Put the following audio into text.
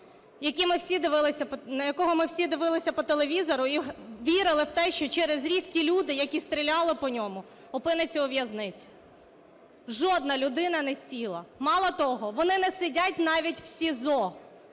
на якого ми всі дивилися по телевізору і вірили в те, що через рік ті люди, які стріляли по ньому, опиняться у в'язниці. Жодна людина не сіла! Мало того, вони не сидять навіть в СІЗО.